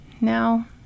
Now